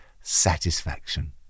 satisfaction